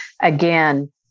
again